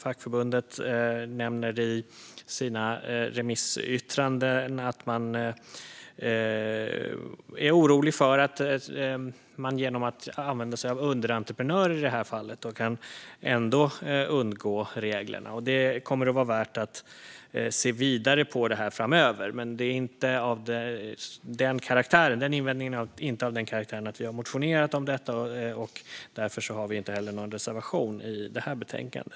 Fackförbundet Byggnads nämner i sina remissyttranden att de är oroliga för att man genom att använda sig av underentreprenörer i detta fall ändå kan undgå reglerna. Det kommer att vara värt att se vidare på detta framöver. Men denna invändning är inte av den karaktären att vi har motionerat om detta, och därför har vi inte heller någon reservation i detta betänkande.